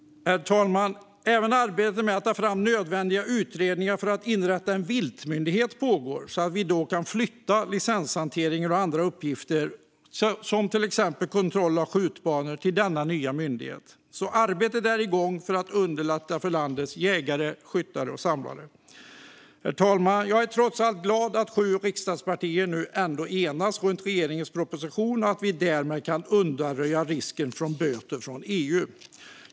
Herr talman! Även arbetet med att ta fram nödvändiga utredningar när det gäller att inrätta en viltmyndighet pågår. Vi skulle då kunna flytta licenshanteringen och andra uppgifter, som till exempel kontroll av skjutbanor, till denna nya myndighet. Arbetet för att underlätta för landets jägare, skyttar och samlare är alltså igång. Herr talman! Jag är trots allt glad att sju riksdagspartier nu enats runt regeringens proposition och att vi därmed kan undanröja risken för böter från EU.